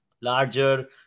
larger